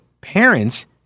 parents